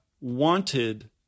wanted